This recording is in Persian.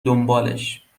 دنبالش